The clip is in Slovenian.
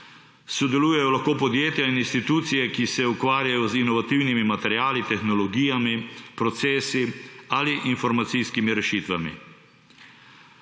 sodelujejo lahko podjetja in institucije, ki se ukvarjajo z inovativnimi materiali, tehnologijami, procesi ali informacijskimi rešitvami.